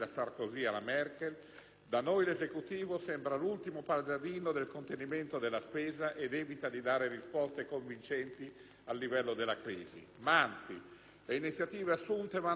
da noi l'Esecutivo sembra l'ultimo paladino del contenimento della spesa ed evita di dare risposte convincenti a livello della crisi. Anzi, le iniziative assunte vanno nella direzione opposta: